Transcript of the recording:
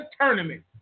tournament